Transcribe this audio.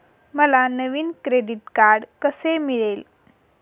मला नवीन credit card कसे मिळेल?